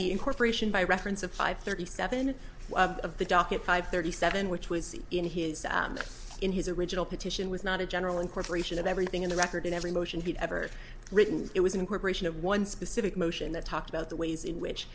the incorporation by reference of five thirty seven of the docket five thirty seven which was in his in his original petition was not a general incorporation of everything in the record in every motion he'd ever written it was incorporation of one specific motion that talked about the ways in which